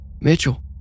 Mitchell